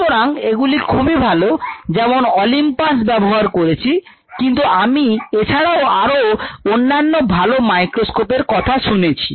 সুতরাং এগুলি খুবই ভালো যেমন অলিম্পাস ব্যবহার করেছি কিন্তু আমি এছাড়াও আরো অন্যান্য ভালো মাইক্রোস্কোপের কথা শুনেছি